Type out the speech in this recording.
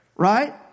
Right